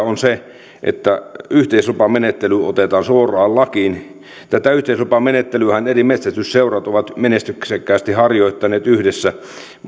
on se että yhteislupamenettely otetaan suoraan lakiin tätä yhteislupamenettelyähän eri metsästysseurat ovat menestyksekkäästi harjoittaneet yhdessä